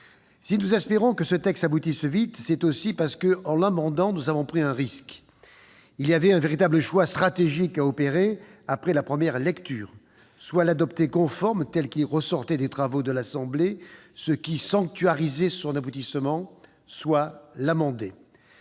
Si nous espérons que ce texte aboutisse vite, c'est aussi parce qu'en l'amendant nous avons pris un risque. Un véritable choix stratégique devait être opéré après la première lecture : soit l'adopter conforme tel qu'il ressortait des travaux de l'Assemblée nationale, ce qui sanctuarisait son aboutissement, soit le modifier.